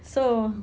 so